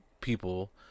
people